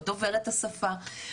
לא דובר את השפה,